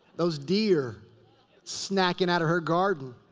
those deer snacking outta her garden.